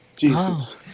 Jesus